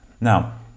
Now